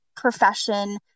profession